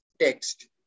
text